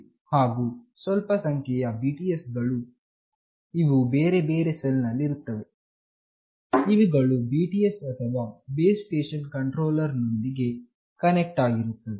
ಹಾಗು ಸ್ವಲ್ಪ ಸಂಖ್ಯೆಯ BTS ಗಳು ಇವು ಬೇರೆ ಬೇರೆ ಸೆಲ್ ನಲ್ಲಿರುತ್ತವೆ ಇವುಗಳು BTS ಅಥವಾ ಬೇಸ್ ಸ್ಟೇಷನ್ ಕಂಟ್ರೋಲರ್ ನೊಂದಿಗೆ ಕನೆಕ್ಟ್ ಆಗಿರುತ್ತದೆ